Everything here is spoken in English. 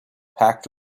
packed